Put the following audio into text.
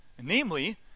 namely